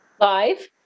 Live